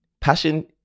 Passion